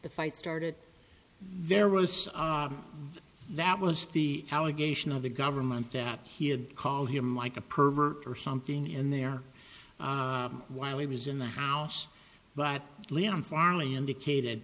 the fight started there rose that was the allegation of the government that he had called him like a pervert or something in there while he was in the house but leon farley indicated